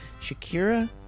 Shakira